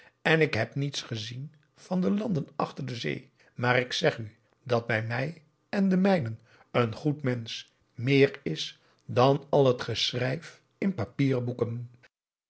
en ik heb niets gezien van de landen achter de zee maar ik zeg u dat bij mij en de mijnen een goed mensch meer is dan al het geschrijf in papieren boeken